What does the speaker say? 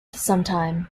sometime